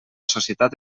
societat